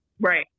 Right